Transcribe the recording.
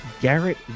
Garrett